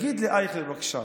תגיד לי, אייכלר, בבקשה,